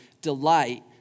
delight